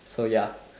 so ya